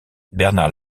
bernard